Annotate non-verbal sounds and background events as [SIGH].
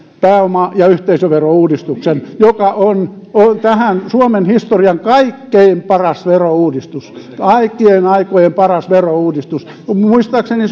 pääoma ja yhteisöverouudistuksen joka on on suomen historian kaikkein paras verouudistus kaikkien aikojen paras verouudistus muistaakseni [UNINTELLIGIBLE]